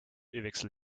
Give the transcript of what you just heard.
ölwechsel